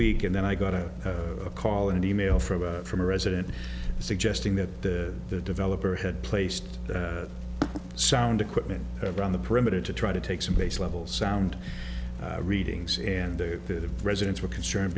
week and then i got a call an e mail from from a resident suggesting that the developer had placed sound equipment around the perimeter to try to take some base level sound readings and the residents were concerned